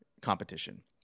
competition